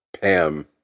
pam